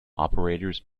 operators